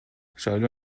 шайлоо